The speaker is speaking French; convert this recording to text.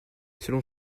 selon